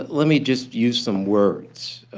let me just use some words.